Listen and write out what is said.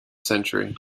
century